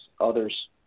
others